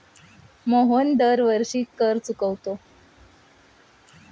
मोहन दरवर्षी कर चुकवतो